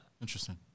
Interesting